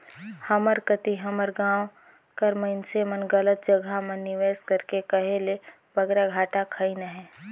हमर कती हमर गाँव कर मइनसे मन गलत जगहा म निवेस करके कहे ले बगरा घाटा खइन अहें